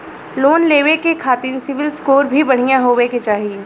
Loan लेवे के खातिन सिविल स्कोर भी बढ़िया होवें के चाही?